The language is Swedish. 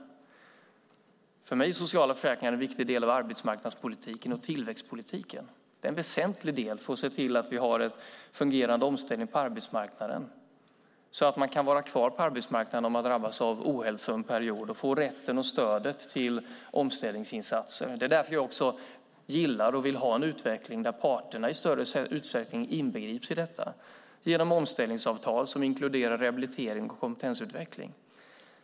För mig är sociala försäkringar en viktig del av arbetsmarknadspolitiken och tillväxtpolitiken. Det är en väsentlig del för att se till att vi har en fungerande omställning på arbetsmarknaden så att man kan vara kvar där om man drabbas av ohälsa under en period och få rätten och stödet till omställningsinsatser. Det är också därför jag gillar och vill ha en utveckling där parterna i större utsträckning inbegrips genom omställningsavtal som inkluderar rehabilitering och kompetensutveckling.